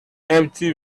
empty